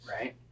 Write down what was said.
right